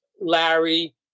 Larry